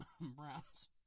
Browns